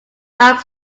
asked